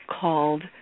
called